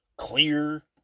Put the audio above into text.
Clear